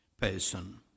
person